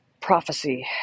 Prophecy